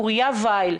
אוריה וייל,